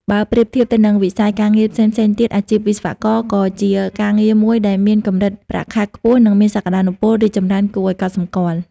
បើប្រៀបធៀបទៅនឹងវិស័យការងារផ្សេងៗទៀត អាជីពវិស្វករក៏ជាការងារមួយដែលមាន កម្រិតប្រាក់ខែខ្ពស់ និងមានសក្ដានុពលរីកចម្រើនគួរឱ្យកត់សម្គាល់។